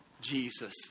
Jesus